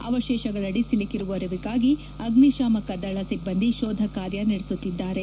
ಅವಶೇಷಗಳಡಿ ಸಿಲುಕಿರುವವರಿಗಾಗಿ ಅಗ್ನಿಶಾಮಕ ದಳ ಸಿಬ್ಬಂದಿ ಶೋಧ ಕಾರ್ಯ ನಡೆಸುತ್ತಿದ್ದಾರೆ